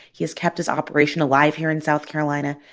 he's kept his operation alive here in south carolina.